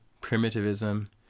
primitivism